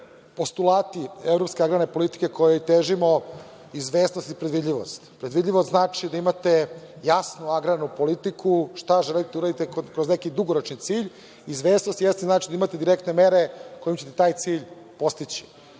postulati evropske agrarne politike kojoj težimo izvesnost i predvidljivost. Predvidljivost znači da imate jasnu agrarnu politiku šta želite da uradite kroz neki dugoročni cilj, izvesnost znači da imate direktne mere kojima ćete taj cilj postići.